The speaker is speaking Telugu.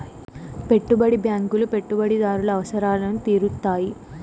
పెట్టుబడి బ్యాంకులు పెట్టుబడిదారుల అవసరాలు తీరుత్తాయి